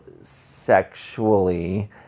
sexually